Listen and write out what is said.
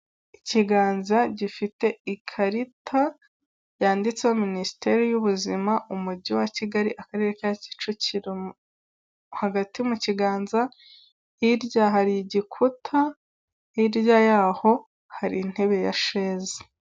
Ikiganza gifite ikarita yanditseho, minisiteri y'ubuzima umujyi wa kigali, akarere ka kicukiro hagati mu kiganza, hirya hari igikuta, hirya y'aho hari intebe ya sheze.